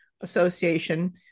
Association